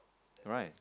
right